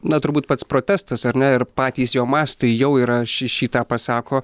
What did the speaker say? na turbūt pats protestas ar ne ir patys jo mastai jau yra šį šį tą pasako